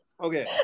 Okay